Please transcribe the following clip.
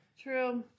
true